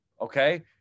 Okay